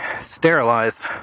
sterilized